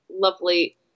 lovely